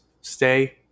stay